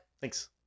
thanks